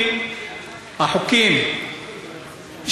אנחנו לא תומכים בה.